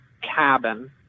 cabin